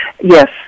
Yes